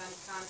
אני אקריא